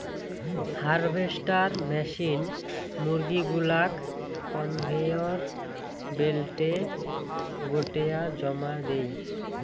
harvester machine মুরগী গুলাক conveyor বেল্টে গোটেয়া জমা দেই